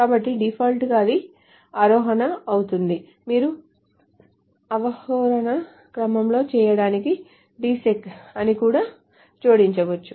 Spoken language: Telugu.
కాబట్టి డిఫాల్ట్గా ఇది ఆరోహణ అవుతోంది మీరు అవరోహణ క్రమంలో చేయడానికి desc ని కూడా జోడించవచ్చు